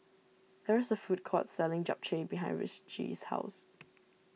there is a food court selling Japchae behind Ritchie's house